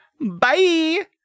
Bye